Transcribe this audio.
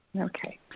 Okay